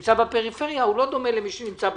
שנמצא בפריפריה, לא דומה למי שנמצא במרכז.